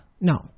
No